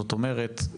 זאת אומרת,